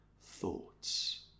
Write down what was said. thoughts